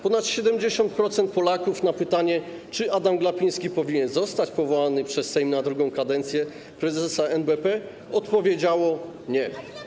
Ponad 70% Polaków na pytanie, czy Adam Glapiński powinien zostać powołany przez Sejm na drugą kadencję prezesa NBP, odpowiedziało: nie.